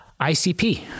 ICP